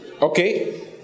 okay